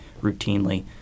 routinely